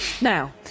Now